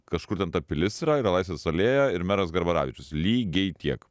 kažkur ten ta pilis yra yra laisvės alėja ir meras garbaravičius lygiai tiek